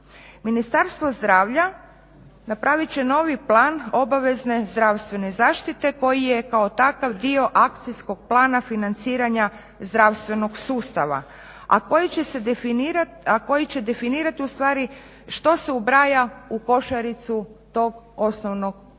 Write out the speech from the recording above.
Ministarstvo zdravlja napravit će novi plan obavezne zdravstvene zaštite koji je kao takav dio akcijskog plana financiranja zdravstvenog sustava, a koji će definirati ustvari što se ubraja u košaricu tog osnovnog osiguranja.